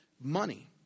money